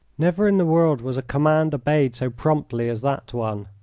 never in the world was a command obeyed so promptly as that one.